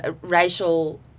racial